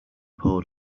poured